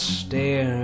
stare